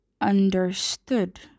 understood